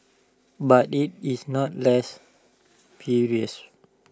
but IT is not less previous